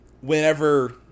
whenever